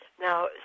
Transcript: now